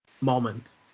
moment